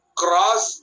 cross